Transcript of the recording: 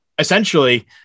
Essentially